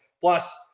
Plus